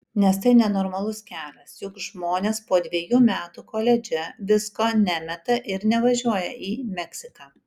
nes tai nenormalus kelias juk žmonės po dvejų metų koledže visko nemeta ir nevažiuoja į meksiką